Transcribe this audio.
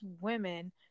women